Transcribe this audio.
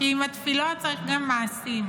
כי עם התפילות צריך גם מעשים.